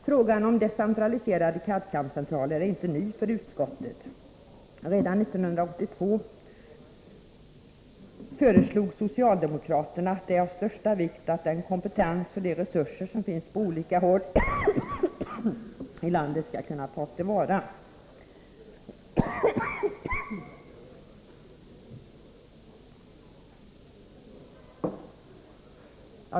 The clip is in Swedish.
Frågan om decentraliserade CAD/CAM-centraler är inte ny för utskottet. Redan 1982 uttalade socialdemokraterna att det är av största vikt att den kompetens och de resurser som finns på olika håll i landet skall kunna tas till vara.